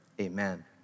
amen